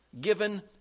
Given